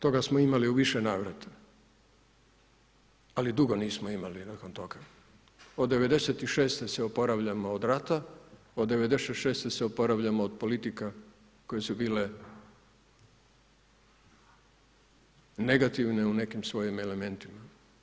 Toga smo imali u više navrata ali dugo nismo imali nakon toga, od '96. se oporavljamo od rata, od '96. se oporavljamo od politika koje su bile negativnije u nekim svojim elementima.